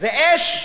זה אש.